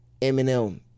Eminem